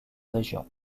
région